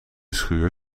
schuur